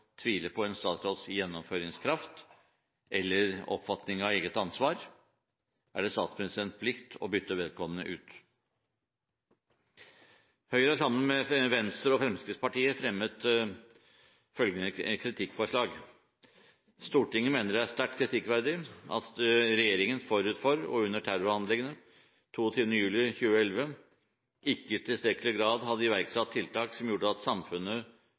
tvile på en statsråds gjennomføringskraft eller oppfatning av eget ansvar, er det statsministerens plikt å bytte vedkommende ut. Høyre har sammen med Venstre og Fremskrittspartiet fremmet følgende kritikkforslag: «Stortinget mener det er sterkt kritikkverdig at regjeringen forut for og under terrorhandlingene 22. juli 2011 ikke i tilstrekkelig grad hadde iverksatt tiltak som gjorde at samfunnet